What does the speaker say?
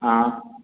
हाँ